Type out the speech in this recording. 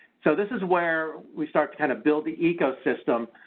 so this is where we start to kind of build the ecosystem,